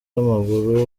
w’amaguru